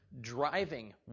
driving